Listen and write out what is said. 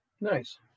Nice